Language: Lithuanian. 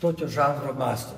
tokio žanro mąsto